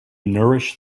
nourish